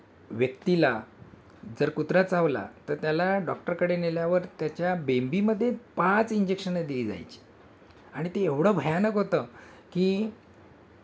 व्यक्तीला जर कुत्रा चावला तर त्याला डॉक्टरकडे नेल्यावर त्याच्या बेंबीमध्ये पाच इंजेक्शनं दिली जायची आणि ते एवढं भयानक होतं की